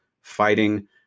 fighting